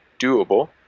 doable